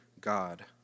God